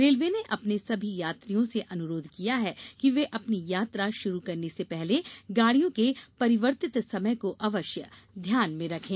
railway ने अपने सभी यात्रियों से अनुरोध किया है कि वे अपनी यात्रा शुरू करने से पहले गाड़ियों के परिवर्तित समय को अवश्य ध्यान में रखें